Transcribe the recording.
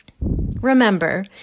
Remember